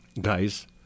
guys